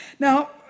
Now